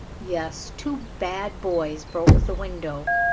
yes, two bad boys broke the window,